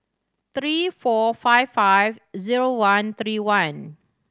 three four five five zero one three one